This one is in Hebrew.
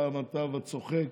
פעם התו הצוחק,